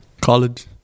College